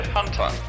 Hunter